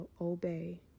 obey